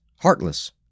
heartless